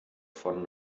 von